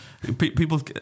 people